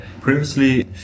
previously